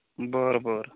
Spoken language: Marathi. बर बर